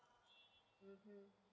mm mm